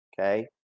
Okay